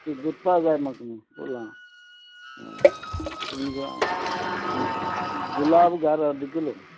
तीं गुंतपा जाय म्हाका फुलां हय तुमी गुलाब गार अर्द किलो